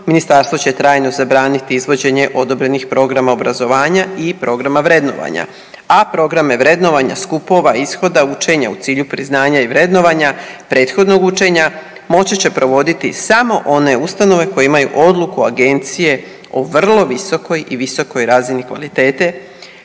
ministarstvo će trajno zabraniti izvođenje odobrenih programa obrazovanja i programa vrednovanja, a programe vrednovanja, skupova, ishoda učenja u cilju priznanja i vrednovanja prethodnog učenja moći će provoditi samo one ustanove koje imaju odluku agencije o vrlo visokoj i visokoj razini kvalitete